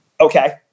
Okay